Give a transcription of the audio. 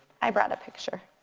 i brought a picture.